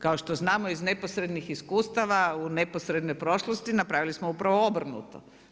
Kao što znamo iz neposrednih iskustava u neposrednoj prošlosti napravili smo upravo obrnuto.